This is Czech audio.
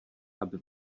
aby